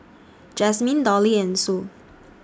Jazmine Dolly and Sue